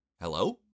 Hello